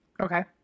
Okay